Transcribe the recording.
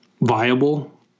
viable